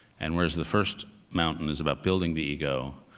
and whereas the first mountain is about building the ego,